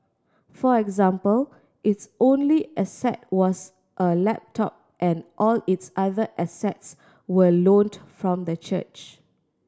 for example its only asset was a laptop and all its other assets were loaned from the church